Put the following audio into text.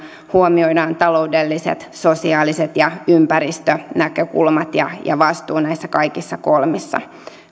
huomioidaan taloudelliset sosiaaliset ja ympäristönäkökulmat ja ja vastuu näissä kaikissa kolmessa